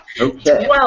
Okay